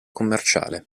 commerciale